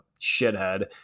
shithead